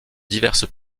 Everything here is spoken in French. diverses